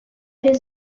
his